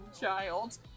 child